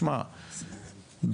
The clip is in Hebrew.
תשמע,